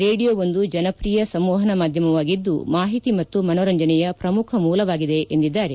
radio ಒಂದು ಜನಪ್ರಿಯ ಸಂವಹನ ಮಾಧ್ಯಮವಾಗಿದ್ದು ಮಾಹಿತಿ ಮತ್ತು ಮನೋರಂಜನೆಯ ಪ್ರಮುಖ ಮೂಲವಾಗಿದೆ ಎಂದಿದ್ಲಾರೆ